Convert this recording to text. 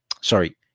Sorry